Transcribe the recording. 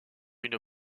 une